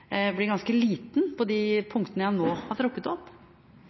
blir ganske liten på de punktene jeg nå har trukket opp?